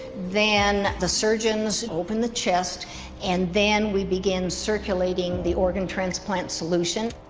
then the surgeons open the chest and then we begin circulating the organ transplants solution.